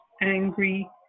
angry